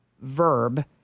Verb